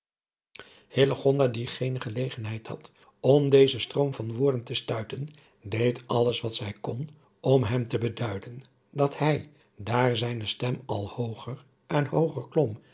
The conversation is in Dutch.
die geene gelegenheid had om dezen stroom van woorden te stuiten deed alles wat zij kon om hem te beduiden dat hij daar zijne stem al hooger en hooger klom